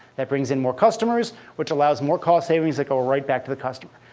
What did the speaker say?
that brings in more customers, which allows more cost savings that go right back to the customer.